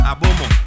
Abomo